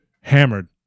Hammered